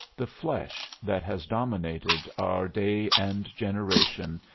the flesh, that has dominated our day and generation,